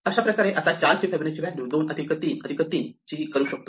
अशाप्रकारे आता 4 ची फिबोनाची व्हॅल्यू 2 अधिक 1 अधिक 3 ची करू शकतो